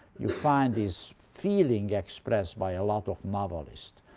you find this feeling expressed by a lot of novelists.